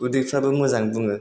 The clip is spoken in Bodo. उदैफ्राबो मोजां बुङो